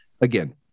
again